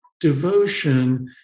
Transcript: devotion